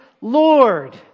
lord